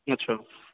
আচ্ছা